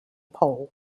pole